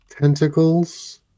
tentacles